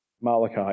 Malachi